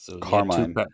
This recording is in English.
Carmine